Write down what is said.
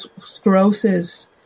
sclerosis